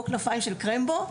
כמו "כנפיים של קרמבו",